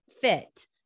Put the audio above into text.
fit